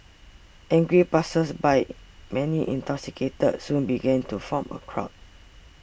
angry passersby many intoxicated soon began to form a crowd